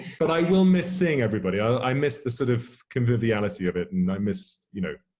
but i will miss seeing everybody. i i miss the sort of conviviality of it and i miss, you know,